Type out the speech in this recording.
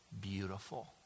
beautiful